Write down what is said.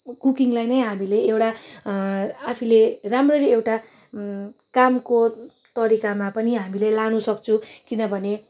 कुकिङलाई नै हामीले एउटा आफूले राम्ररी एउटा कामको तरिकामा पनि हामीले लानु सक्छु किनभने